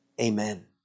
Amen